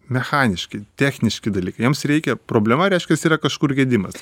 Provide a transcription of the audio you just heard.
mechaniški techniški dalykai jiems reikia problema reiškias yra kažkur gedimas